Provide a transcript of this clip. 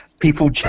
People